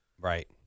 Right